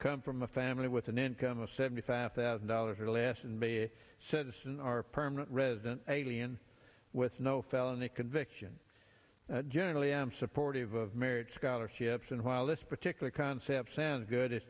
come from a family with an income of seventy five thousand dollars or less and be a citizen or a permanent resident alien with no felony convictions generally am supportive of marriage scholarships and while this particular concept sounds good it's